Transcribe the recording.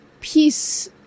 peace